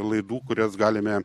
laidų kurias galime